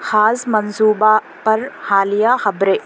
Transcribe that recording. خاص منضوبہ پر حالیہ خبریں